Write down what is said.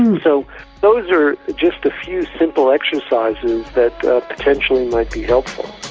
so those are just a few simple exercises that potentially might be helpful.